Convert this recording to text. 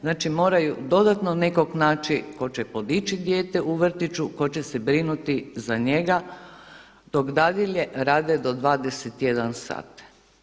Znači moraju dodatno nekog naći tko će podići dijete u vrtiću, tko će se brinuti za njega, dok dadilje rade do 21,00 sat.